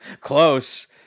Close